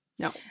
No